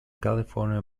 california